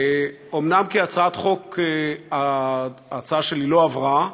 אומנם כהצעת חוק ההצעה שלי לא עברה,